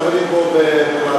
מהחברים בו במעצר,